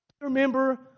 remember